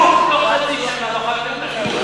מחקתם את החיוך.